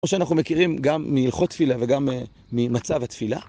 או שאנחנו מכירים גם מהלכות תפילה וגם ממצב התפילה.